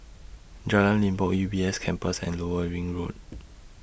Jalan Limbok U B S Campus and Lower Ring Road